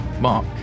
Mark